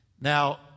Now